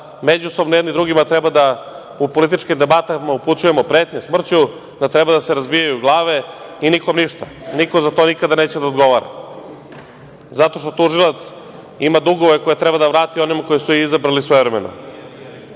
međusobno jedni drugima treba da u političkim debatama upućujemo pretnje smrću, da treba da se razbijaju glave i nikom ništa, niko za to nikada neće da odgovara zato što tužilac ima dugove koje treba da vrati onima koji su je izabrali svojevremeno.